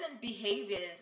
behaviors